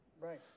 right